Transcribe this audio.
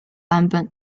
版本